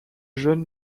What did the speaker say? jeunes